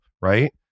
right